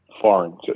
foreign